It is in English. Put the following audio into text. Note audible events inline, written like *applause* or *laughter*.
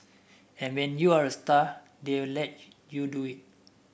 and when you're a star they will let *unintelligible* you do it